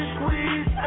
Squeeze